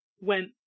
went